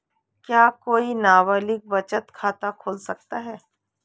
क्या कोई नाबालिग बचत खाता खोल सकता है?